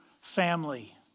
family